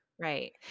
Right